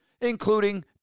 including